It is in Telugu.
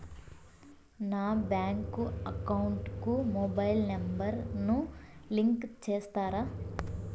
నా బ్యాంకు అకౌంట్ కు మొబైల్ నెంబర్ ను లింకు చేస్తారా?